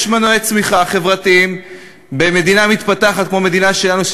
יש מנועי צמיחה חברתיים במדינה מתפתחת כמו המדינה שלנו,